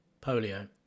polio